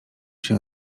się